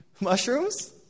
Mushrooms